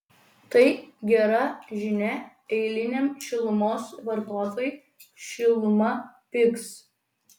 tai gera žinia eiliniam šilumos vartotojui šiluma pigs